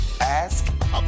ask